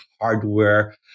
hardware